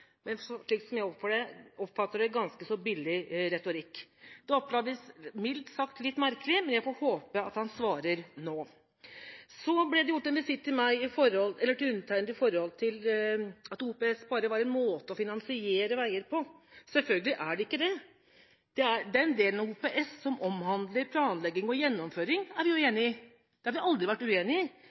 slik jeg oppfatter det – ganske billig retorikk. Det oppleves mildt sagt litt merkelig, men jeg får håpe at han svarer nå. Det ble gjort en visitt til undertegnede om at OPS bare var en måte å finansiere veier på. Selvfølgelig er det ikke det. Den delen av OPS som omhandler planlegging og gjennomføring, er vi enige om. Det har vi aldri vært uenig i,